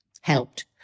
helped